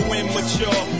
immature